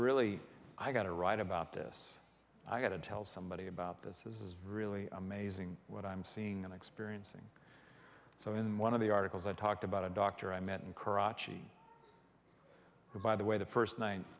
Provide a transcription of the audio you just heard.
really i got to write about this i got to tell somebody about this is really amazing what i'm seeing and experiencing so in one of the articles i talked about a doctor i met in karate who by the way the first night